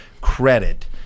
credit